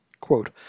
Quote